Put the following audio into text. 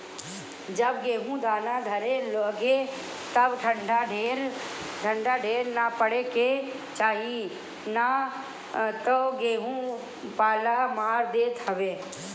जब गेहूँ दाना धरे लागे तब ठंडा ढेर ना पड़े के चाही ना तऽ गेंहू पाला मार देत हवे